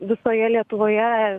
visoje lietuvoje